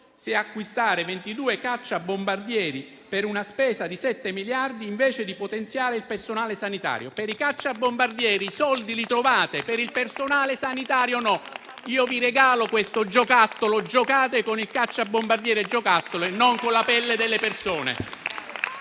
…se acquistare 22 cacciabombardieri, per una spesa di 7 miliardi, invece di potenziare il personale sanitario. Per i cacciabombardieri i soldi li trovate, per il personale sanitario no. Io vi regalo questo giocattolo: giocate con il cacciabombardiere giocattolo e non con la pelle delle persone!